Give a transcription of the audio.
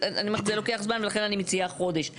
אני אומרת שזה לוקח זמן ולכן אני מציעה חודש.